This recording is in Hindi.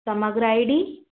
समग्र आई डी